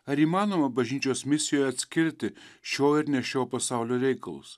ar įmanoma bažnyčios misijoje atskirti šio ir ne šio pasaulio reikalus